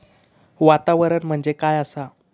वातावरण म्हणजे काय आसा?